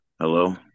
Hello